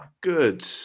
Good